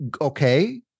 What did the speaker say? okay